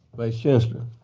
vice chancellor.